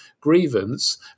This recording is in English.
grievance